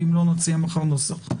ואם לא אז מחר נציע נוסח.